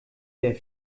der